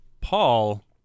Paul